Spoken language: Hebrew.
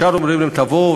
ישר אומרים להם: תבואו,